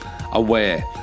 Aware